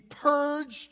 purged